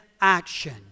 action